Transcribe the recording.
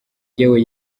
yewe